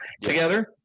together